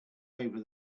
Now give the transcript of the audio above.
over